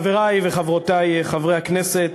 חברי וחברותי חברי הכנסת,